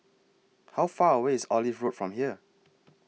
How Far away IS Olive Road from here